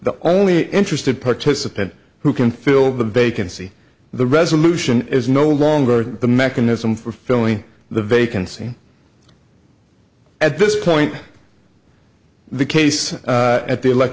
the only interested participant who can fill the bay can see the resolution is no longer the mechanism for filling the vacancy at this point the case at the elect